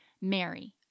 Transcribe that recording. Mary